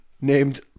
named